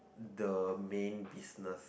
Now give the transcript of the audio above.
the main business